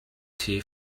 tea